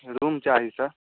room चाही sir